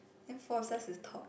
then force us to talk